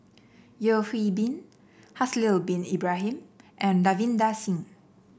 Yeo Hwee Bin Haslir Bin Ibrahim and Ravinder Singh